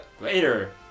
later